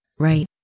Right